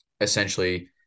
essentially